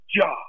job